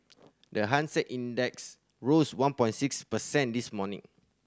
the Hang Seng Index rose one point six percent this morning